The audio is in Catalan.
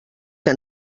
que